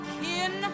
kin